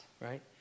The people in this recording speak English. right